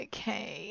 Okay